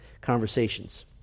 conversations